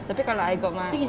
tapi kalau I ikut my